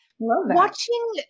Watching